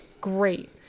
Great